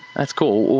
that's cool.